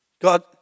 God